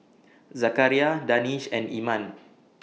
Zakaria Danish and Iman